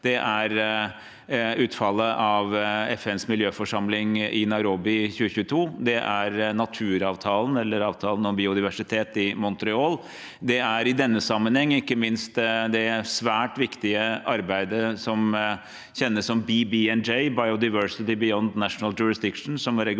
Det er utfallet av FNs miljøforsamling i Nairobi i 2022, og det er naturavtalen eller avtalen om biodiversitet i Montreal. Det er i denne sammenheng ikke minst det svært viktige arbeidet som kjennes som BBNJ, Biodiversity Beyond National Jurisdiction,